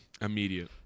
Immediate